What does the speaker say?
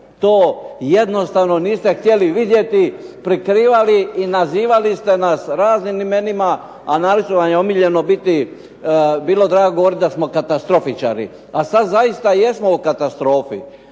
to jednostavno to niste htjeli vidjeti, prikrivali i nazivali ste nas raznim imenima, a naročito vam je omiljeno bilo drago govoriti da smo katastrofičari. A sad zaista jesmo u katastrofi.